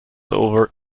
over